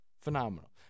Phenomenal